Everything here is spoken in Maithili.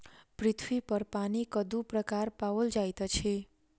पृथ्वी पर पानिक दू प्रकार पाओल जाइत अछि